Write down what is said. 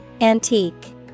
Antique